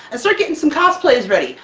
and start getting some cosplays ready!